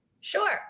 sure